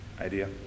idea